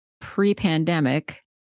pre-pandemic